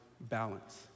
balance